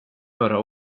förra